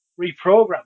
reprogram